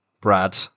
Brad